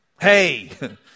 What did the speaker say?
Hey